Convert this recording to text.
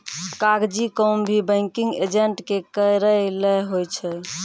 कागजी काम भी बैंकिंग एजेंट के करय लै होय छै